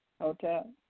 Hotel